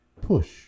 push